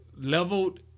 leveled